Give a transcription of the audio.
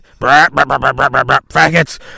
Faggots